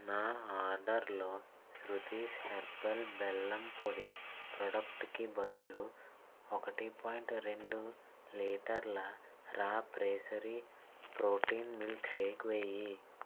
నా ఆర్డర్లో శృతీస్ హెర్బల్ బెల్లం పొడి ప్రోడక్ట్కి బదులు ఒకటి పాయింట్ రెండు లీటర్ల Raw Pressery protein milk shake వేయి